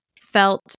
felt